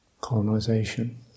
Colonization